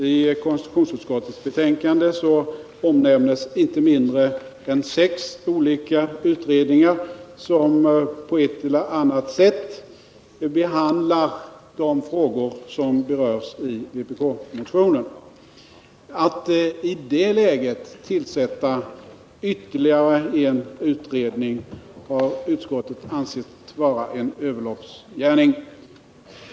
I konstitutionsutskottets betänkande omnämns inte mindre än sex olika utredningar som på ett eller annat sätt behandlar de frågor som berörs i vpk-motionen. Att i det läget tillsätta ytterligare en utredning har utskottet ansett vara en överloppsgärning.